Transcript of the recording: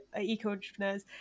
eco-entrepreneurs